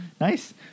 nice